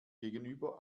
gegenüber